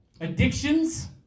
addictions